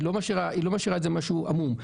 היא לא משאירה את זה כמשהו עמום.